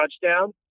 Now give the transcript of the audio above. touchdown